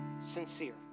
sincere